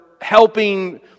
helping